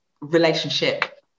relationship